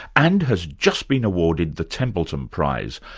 and has just been awarded the templeton prize,